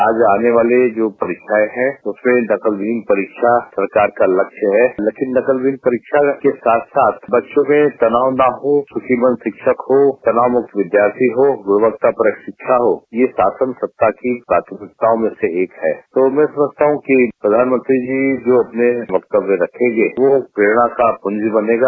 आज आने वाली जो परीक्षाएं हैं नकल विहीन परीक्षा सरकार का लक्ष्य है लेकिन नकल विहीन परीक्षा के साथ साथ बच्चों में तनाव न थे सुखी मन शिक्षक हो तनाव मुक्त विद्यार्थी हो गुणवत्तापरक शिक्षा हो यह शासन सत्ता की प्राथमिकताओं में से एक है तो मैं समझता हूं कि प्रधानमंत्री जी अपने वक्तव्य रखेंगें तो प्रेरणा का पुंज बनेगा